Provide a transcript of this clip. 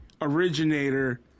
originator